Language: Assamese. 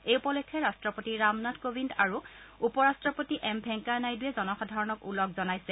এই উপলক্ষে ৰাষ্টপতি ৰামনাথ কোবিন্দ আৰু উপ ৰাট্টপতি এম ভেংকায়া নাইড়ুৱে জনসাধাৰণক ওলগ জনাইছে